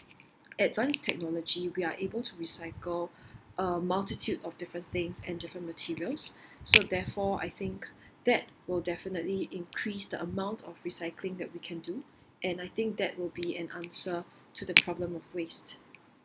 advanced technology we are able to recycle a multitude of different things and different materials so therefore I think that will definitely increase the amount of recycling that we can do and I think that will be an answer to the problem of waste